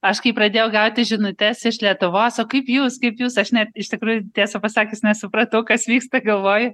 aš kai pradėjau gauti žinutes iš lietuvos o kaip jūs kaip jūs aš net iš tikrųjų tiesą pasakius nesupratau kas vyksta galvoju